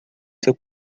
seu